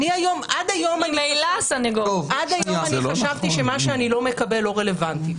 עד היום חשבתי שמה שאני לא מקבל לא רלוונטי,